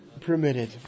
permitted